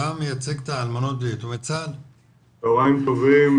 צהריים טובים,